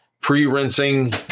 pre-rinsing